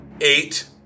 eight